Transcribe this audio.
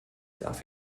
darf